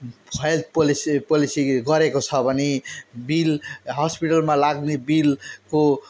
छ health policy policy गरेको छ भने बिल हस्पिटलमा लाग्ने बिलको